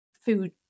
food